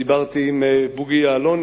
דיברתי עם בוגי יעלון,